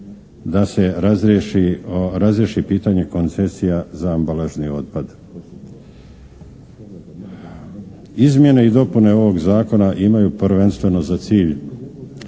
da se razriješi pitanje koncesija za ambalažni otpad. Izmjene i dopune ovog Zakona imaju prvenstveno za cilj